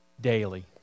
daily